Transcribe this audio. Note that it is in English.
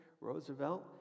Roosevelt